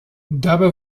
dabei